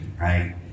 right